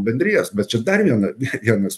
bendrijas bet čia dar viena vienas